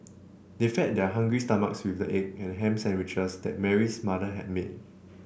they fed their hungry stomachs with the egg and ham sandwiches that Mary's mother had made